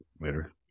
later